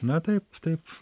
na taip taip